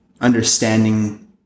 understanding